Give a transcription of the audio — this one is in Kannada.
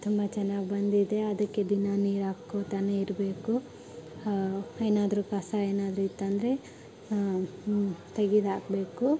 ತುಂಬ ಚೆನ್ನಾಗ್ ಬಂದಿದೆ ಅದಕ್ಕೆ ದಿನಾ ನೀರು ಹಾಕ್ಕೊತಾನೆ ಇರಬೇಕು ಏನಾದರೂ ಕಸ ಏನಾದರೂ ಇತ್ತಂದರೆ ತೆಗೆದಾಕ್ಬೇಕು